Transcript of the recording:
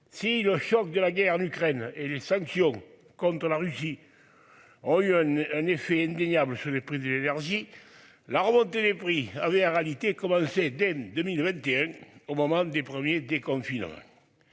si le choc de la guerre en Ukraine et les sanctions contre la Russie. En yuans un effet indéniable sur les prix de l'énergie. La remontée des prix. Ah oui la réalité commencé dès 2021 au moment des premiers des confidences.